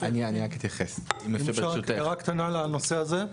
אם אפשר רק הערה קטנה על הנושא הזה.